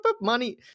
money